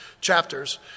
chapters